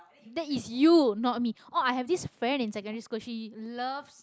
that is you not me oh i have this friend in secondary school she loves